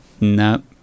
Nope